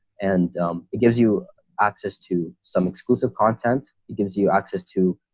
and it gives you access to some exclusive content. it gives you access to